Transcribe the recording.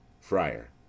friar